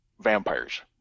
vampires